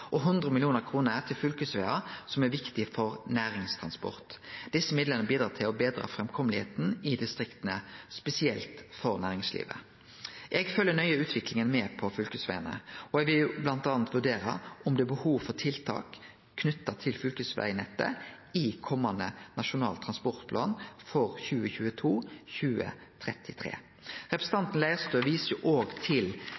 og 100 mill. kr til fylkesvegar som er viktige for næringstransport. Desse midlane bidreg til å betre framkomsten i distrikta – spesielt for næringslivet. Eg følgjer nøye med på utviklinga på fylkesvegane, og eg vil bl.a. vurdere om det er behov for tiltak knytt til fylkesvegnettet i komande Nasjonal transportplan for 2022–2033. Representanten Leirtrø viser òg til